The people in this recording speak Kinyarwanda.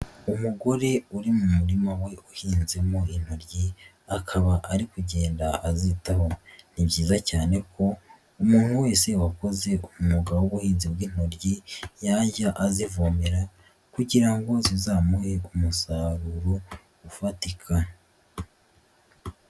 Umugore uri mu murima we uhinzemo intoryi akaba ari kugenda azitaho, ni byiza cyane ko umuntu wese wakoze umwuga w'ubuhinzi bw'intoryi yajya azivomera kugira ngo zizamuhe umusaruro ufatika.